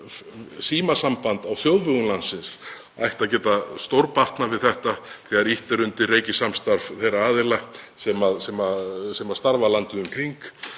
mynda símasamband á þjóðvegum landsins ætti að geta stórbatnað þegar ýtt er undir reikisamstarf þeirra aðila sem starfa landið um kring.